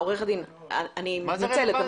עורך הדין בן יצחק, אני מתנצלת.